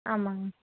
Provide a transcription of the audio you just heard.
ஆமாங்க